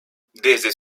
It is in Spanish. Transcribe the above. desde